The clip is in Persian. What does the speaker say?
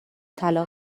طلاق